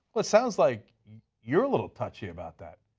it sounds like you're a little touchy about that.